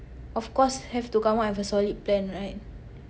of course have to come up with a solid plan right